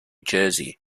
jersey